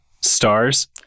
stars